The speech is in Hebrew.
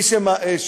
בלבלתם את הדיון,